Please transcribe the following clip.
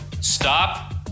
Stop